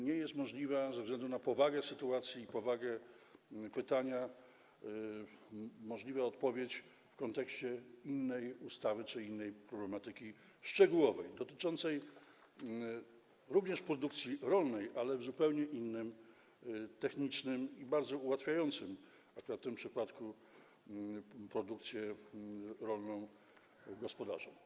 Nie jest możliwa - ze względu na powagę sytuacji i powagę pytania - odpowiedź w kontekście innej ustawy czy innej problematyki szczegółowej, dotyczącej również produkcji rolnej, ale w zupełnie innym, technicznym aspekcie, bardzo ułatwiającym akurat w tym przypadku produkcję rolną gospodarzom.